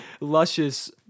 luscious